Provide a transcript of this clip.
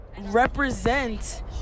represent